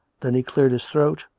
then he cleared his throat,